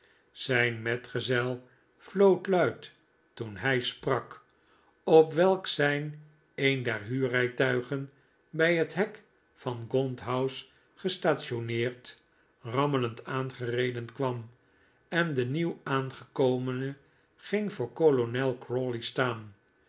zijn metgezel floot luid toen hij sprak op welk sein een der huurrijtuigen bij het hek van gaunt house gestationneerd rammelend aangereden kwam en de nieuw aangekomene ging voor kolonel crawley staan